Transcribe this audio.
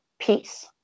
peace